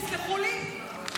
תסלחו לי,